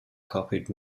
copied